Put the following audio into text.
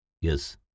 Yes